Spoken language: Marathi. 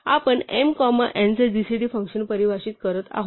आपण m कॉमा n चे gcd फंक्शन परिभाषित करत आहोत